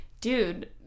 dude